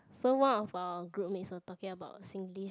so one of our group mates was talking about Singlish